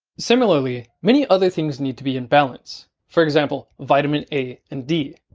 similarly many other things need to be in balance. for example, vitamin a and d.